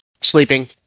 sleeping